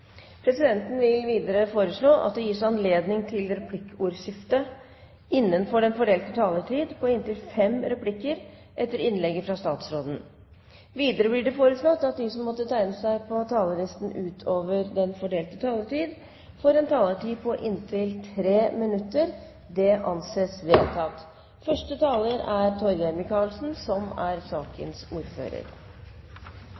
presidenten foreslå at det gis anledning til replikkordskifte på inntil fem replikker etter innlegget fra statsråden innenfor den fordelte taletid. Videre blir det foreslått at de som måtte tegne seg på talerlisten utover den fordelte taletid, får en taletid på inntil 3 minutter. – Det anses vedtatt. Finanskrisen som rammet verden høsten 2008 og utover 2009, hadde store konsekvenser mange steder. Det er